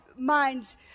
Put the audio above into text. minds